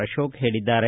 ಅಶೋಕ್ ಹೇಳಿದ್ದಾರೆ